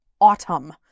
autumn